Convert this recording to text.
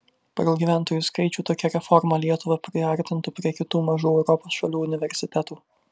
pagal gyventojų skaičių tokia reforma lietuvą priartintų prie kitų mažų europos šalių universitetų